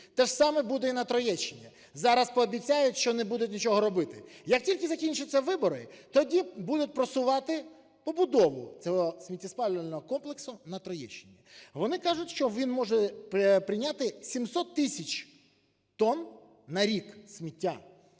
Те ж саме буде на Троєщині. Зараз пообіцяють, що не будуть нічого робити. Як тільки закінчаться вибори, тоді будуть просувати побудову цього сміттєспалювального комплексу на Троєщині. Вони кажуть, що він може прийняти 700 тисяч тонн на рік сміття.